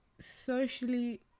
socially